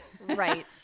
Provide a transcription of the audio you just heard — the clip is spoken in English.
right